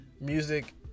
music